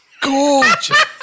Gorgeous